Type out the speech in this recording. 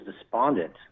despondent